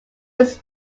was